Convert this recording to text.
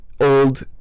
old